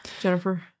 jennifer